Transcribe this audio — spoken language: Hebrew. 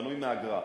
שבנוי מאגרה,